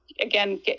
again